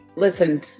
listen